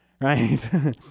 right